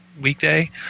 weekday